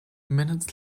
minutes